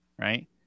right